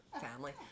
family